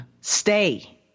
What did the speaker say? stay